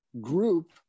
Group